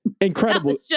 incredible